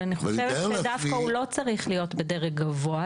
אבל אני חושבת שדווקא הוא לא צריך להיות בדרג גבוה.